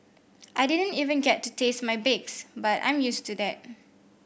I didn't even get to taste my bakes but I'm used to that